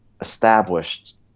established